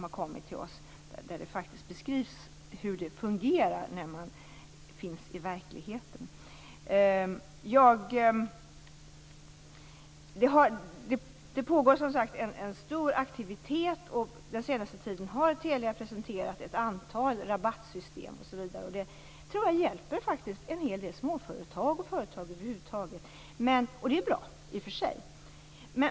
Ni som finns här i debatten har beskrivit det här, och jag har också läst alla sådana brev som har kommit till oss. Det pågår som sagt en stor aktivitet, och den senaste tiden har Telia presenterat ett antal rabattsystem osv. Det tror jag faktiskt hjälper en hel del småföretag, och företag över huvud taget, och det är ju bra i och för sig.